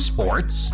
Sports